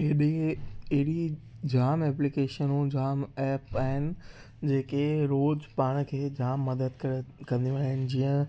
एॾी अहिड़ी जाम एप्लीकेशनूं जाम ऐप आहिनि जेके रोज़ु पाण खे जाम मदद करे कंदियूं आहिनि जीअं